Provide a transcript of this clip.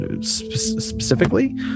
specifically